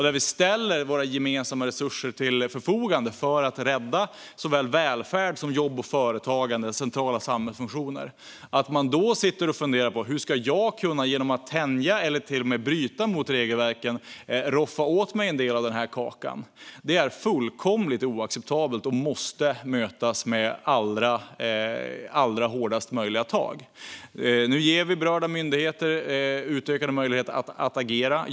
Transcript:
När vi ställer våra gemensamma resurser till förfogande för att rädda såväl välfärd som jobb, företag och centrala samhällsfunktioner, att då sitta och fundera över hur jag genom att tänja eller bryta mot regelverken kan roffa åt mig en del av kakan är fullkomligt oacceptabelt och måste mötas med allra hårdast möjliga tag. Nu ger vi berörda myndigheter utökade möjligheter att agera.